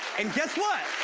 and guess what.